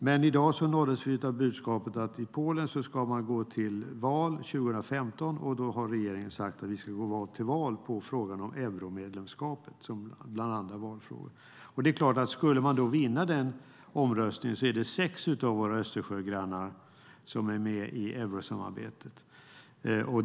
Men i dag nåddes vi av budskapet att man ska gå till val i Polen 2015, och den polska regeringen har sagt att man bland annat ska gå till val på frågan om euromedlemskapet. Skulle man vinna den omröstningen är sex av våra Östersjögrannar med i eurosamarbetet.